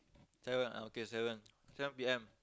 seven I okay seven seven P_M